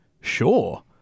sure